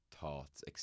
thoughts